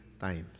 times